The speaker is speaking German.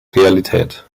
realität